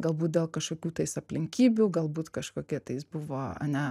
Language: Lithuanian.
galbūt dėl kažkokių tais aplinkybių galbūt kažkokie tais buvo a ne